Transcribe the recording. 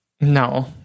No